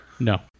No